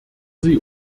sie